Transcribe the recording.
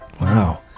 Wow